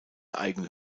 eigene